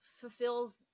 fulfills